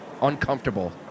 uncomfortable